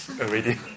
already